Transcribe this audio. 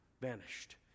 vanished